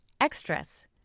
extras